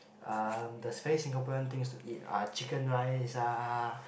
uh the very Singaporean things to eat are chicken rice ah